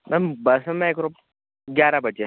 ma'am bus में एक रूप ग्यारह बजे